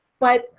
but,